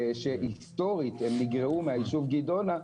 שהיסטורית הם נגרעו מהיישוב גדעונה,